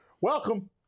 Welcome